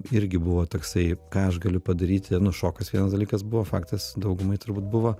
irgi buvo toksai ką aš galiu padaryti nu šokas vienas dalykas buvo faktas daugumai turbūt buvo